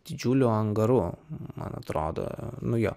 didžiuliu angaru man atrodo nu jo